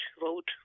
vote